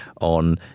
on